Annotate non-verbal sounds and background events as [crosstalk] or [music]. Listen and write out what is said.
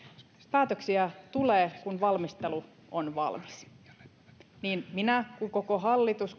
päätöksiä tulee kun valmistelu on valmis niin minä ja koko hallitus [unintelligible]